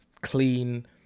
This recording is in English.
clean